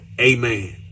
Amen